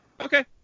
Okay